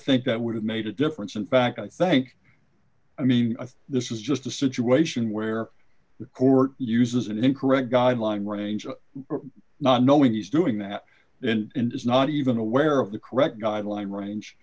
think that would have made a difference in fact i think i mean this is just a situation where the court uses an incorrect guideline range of not knowing is doing that and is not even aware of the correct guideline range